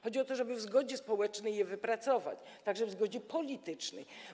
Chodzi o to, żeby w zgodzie społecznej je wypracować, także w zgodzie politycznej.